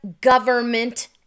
government